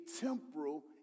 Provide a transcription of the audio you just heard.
temporal